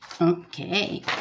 okay